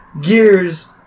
Gears